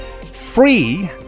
free